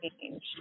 change